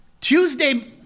Tuesday